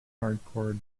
hardcore